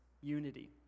unity